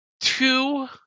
two